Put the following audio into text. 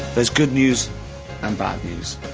there's good news and bad news.